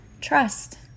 Trust